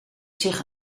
zich